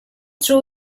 threw